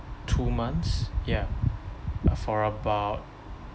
two months ya uh for about